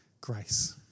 grace